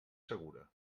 segura